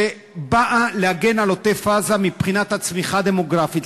שבאה להגן על עוטף-עזה מבחינת הצמיחה הדמוגרפית,